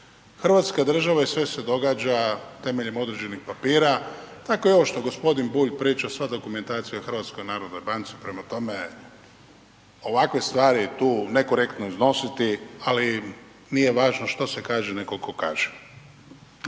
Hrvatska država i sve se događa temeljem određenih papira. Tako i ovo što gospodin Bulj priča, sva je dokumentacija u Hrvatskoj narodnoj banci. Prema tome, ovakve stvari tu nekorektno iznositi, ali nije važno što se kaže, nego tko kaže.